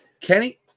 Kenny